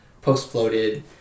post-floated